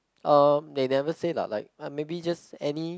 um they never say lah like ah maybe just any